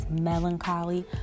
melancholy